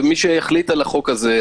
ומי שיחליט על החוק הזה,